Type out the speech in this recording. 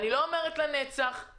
אנחנו נתקן את החקיקה הזו,